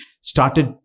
started